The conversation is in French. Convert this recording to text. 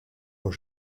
aux